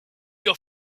your